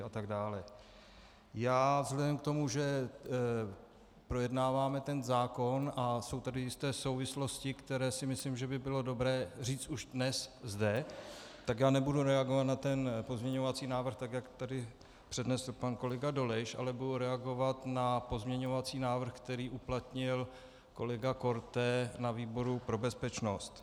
Vzhledem k tomu, že projednáváme ten zákon a jsou tady jisté souvislosti, které si myslím, že by bylo dobré říct už dnes zde, tak nebudu reagovat na ten pozměňovací návrh, tak jak tady přednesl pan kolega Dolejš, ale budu reagovat na pozměňovací návrh, který uplatnil kolega Korte na výboru pro bezpečnost.